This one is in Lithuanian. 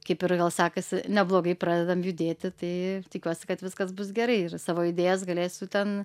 kaip ir gal sekasi neblogai pradedam judėti tai tikiuosi kad viskas bus gerai ir savo idėjas galėsiu ten